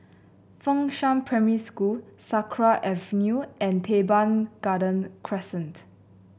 Fengshan Primary School Sakra Avenue and Teban Garden Crescent